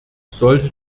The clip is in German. sollte